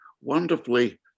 wonderfully